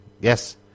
Yes